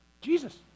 Jesus